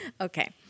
Okay